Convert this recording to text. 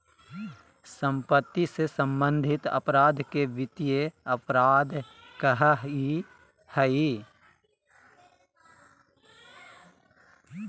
सम्पत्ति से सम्बन्धित अपराध के वित्तीय अपराध कहइ हइ